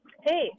Hey